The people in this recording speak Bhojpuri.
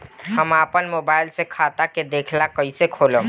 हम आपन मोबाइल से खाता के देखेला कइसे खोलम?